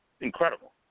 incredible